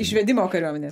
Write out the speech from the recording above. išvedimo kariuomenės